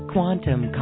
Quantum